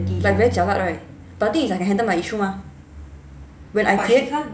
like very jialat right but the thing is I can handle my issue mah